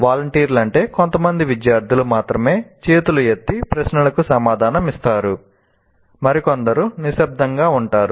వాలంటీర్లు అంటే కొంతమంది విద్యార్థులు మాత్రమే చేతులు ఎత్తి ప్రశ్నలకు సమాధానం ఇస్తారు మరికొందరు నిశ్శబ్దంగా ఉంటారు